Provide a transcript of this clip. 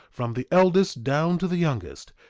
from the eldest down to the youngest,